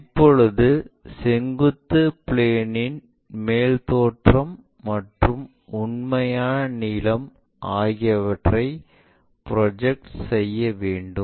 இப்பொழுது செங்குத்து பிளேன் இன் மேல் தோற்றம் மற்றும் உண்மையான நீளம் ஆகியவற்றை ப்ரொஜெக்ட் செய்ய வேண்டும்